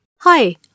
Hi